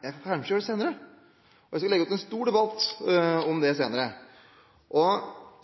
kanskje kan gjøre det senere, og at hun skal legge opp til en stor debatt om det senere.